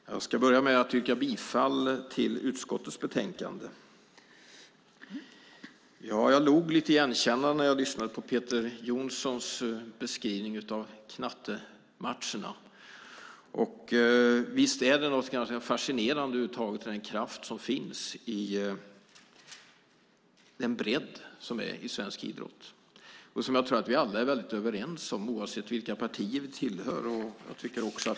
Fru talman! Jag ska börja med att yrka bifall till utskottets förslag. Jag log lite igenkännande när jag lyssnade på Peter Johnssons beskrivning av knattematcherna. Visst är det något fascinerande med kraften och bredden i svensk idrott? Det tror jag att vi alla är överens om oavsett vilka partier vi tillhör.